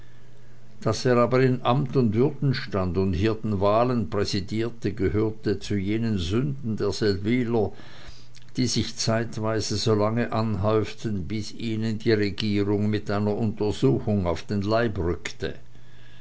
daß er aber in amt und würden stand und hier den wahlen präsidierte gehörte zu jenen sünden der seldwyler die sich zeitweise so lange anhäuften bis ihnen die regierung mit einer untersuchung auf den leib rückte